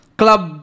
club